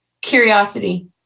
Curiosity